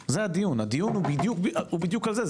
הדיון הוא בדיוק על זה,